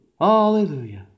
Hallelujah